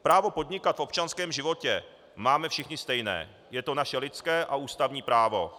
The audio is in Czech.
Právo podnikat v občanském životě máme všichni stejné, je to naše lidské a ústavní právo.